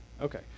Okay